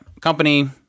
company